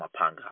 Mapanga